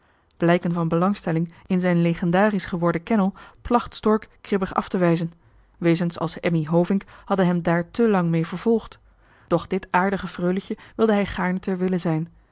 blijken van belangstelling in zijn legendarisch geworden kennel placht stork kribbig af te wijzen wezens als emmy hovink hadden hem daar te lang mee vervolgd doch dit aardige freuletje wilde hij gaarne ter wille zijn